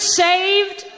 saved